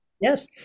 Yes